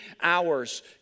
hours